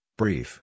brief